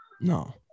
No